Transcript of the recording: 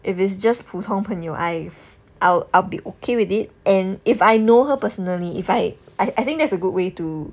if it's just 普通朋友 I I'll I'll be okay with it and if I know her personally if I I I think that's a good way to